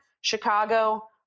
Chicago